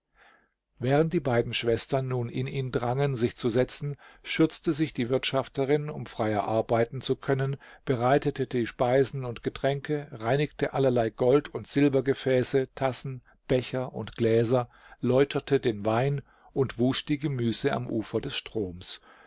während die beiden schwestern nun in ihn drangen sich zu setzen schürzte sich die wirtschafterin um freier arbeiten zu können bereitete die speisen und getränke reinigte allerlei gold und silbergefäße tassen becher und gläser läuterte den wein und wusch die gemüse am ufer des stroms